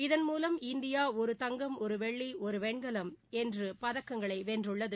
இதன் மூலம் இந்தியா ஒரு தங்கம் ஒரு வெள்ளி ஒரு வெண்கலம் என்று பதக்கப்பட்டியலில் உள்ளது